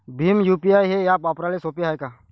Bhim UPI हे app वापराले सोपे हाय का?